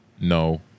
No